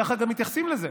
ככה גם מתייחסים לזה.